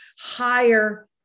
higher